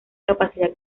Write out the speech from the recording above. capacidad